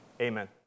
Amen